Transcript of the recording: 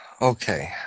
Okay